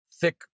thick